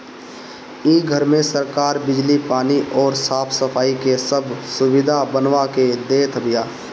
इ घर में सरकार बिजली, पानी अउरी साफ सफाई के सब सुबिधा बनवा के देत बिया